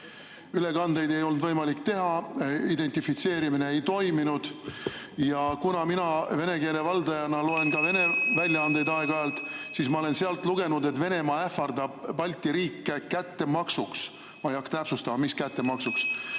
Ülekandeid ei olnud võimalik teha, identifitseerimine ei toiminud. (Juhataja helistab kella.) Mina vene keele valdajana loen ka Vene väljaandeid aeg-ajalt ja ma olen lugenud, et Venemaa ähvardab Balti riike kättemaksuks – ma ei hakka täpsustama, kättemaksuks